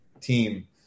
team